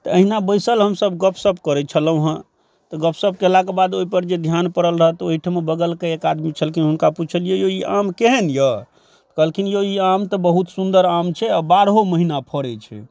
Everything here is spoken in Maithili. तऽ अहिना बैसल हमसब गपशप करै छलौ हँ तऽ गपशप कयलाके बाद ओइपर जे ध्यान पड़ल रहय तऽ ओइठमा बगलके एक आदमी छलखिन हुनका पुछलियै यौ ई आम केहन यऽ कहलखिन यौ ई आम तऽ बहुत सुन्दर आम छै आओर बारहो महीना फरै छै